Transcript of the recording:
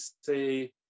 say